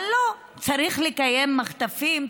אבל לא, צריך לקיים מחטפים.